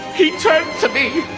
he turned to me